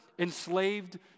enslaved